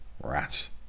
Rats